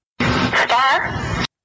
Star